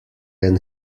than